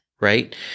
right